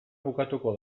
bukatuko